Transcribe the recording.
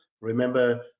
Remember